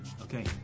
Okay